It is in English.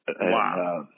Wow